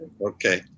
okay